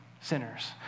sinners